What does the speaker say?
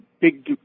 big